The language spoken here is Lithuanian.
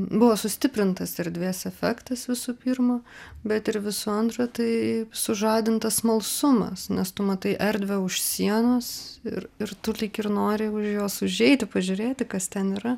buvo sustiprintas erdvės efektas visų pirma bet ir visų antra tai sužadintas smalsumas nes tu matai erdvę už sienos ir ir tu lyg ir nori už jos užeiti pažiūrėti kas ten yra